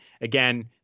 Again